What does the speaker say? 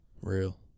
Real